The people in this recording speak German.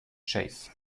chase